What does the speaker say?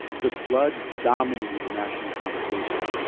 the flood dominated the national conversation,